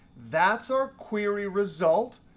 that's our query result.